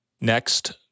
Next